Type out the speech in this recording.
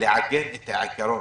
לעגן את העיקרון